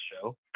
show